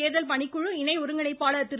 தேர்தல் பணிக்குழு இணை ஒருங்கிணைப்பாளர் திரு